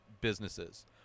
businesses